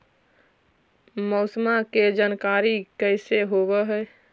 मौसमा के जानकारी कैसे होब है?